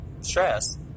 stress